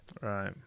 Right